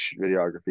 videography